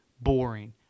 boring